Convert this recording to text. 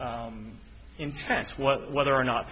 intense what whether or not